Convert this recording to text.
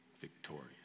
victorious